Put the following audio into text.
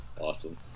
awesome